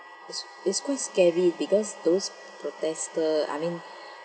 it's it's quite scary because those protester I mean